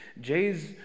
Jay's